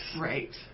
Right